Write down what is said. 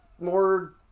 more